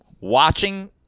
watching